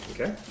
Okay